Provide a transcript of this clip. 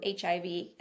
HIV